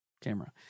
camera